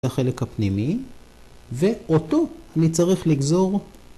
‫החלק הפנימי, ואותו אני צריך לגזור.